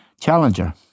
challenger